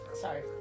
Sorry